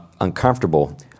uncomfortable